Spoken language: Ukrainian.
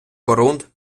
корунд